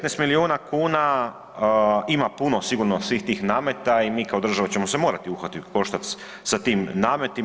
19 milijuna kuna ima puno sigurno svih tih nameta i mi kao država ćemo se morati uhvatiti u koštac sa tim nametima.